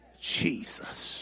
Jesus